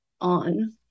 on